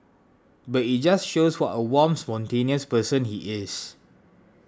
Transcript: but it just shows what a warm spontaneous person he is